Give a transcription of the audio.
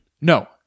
No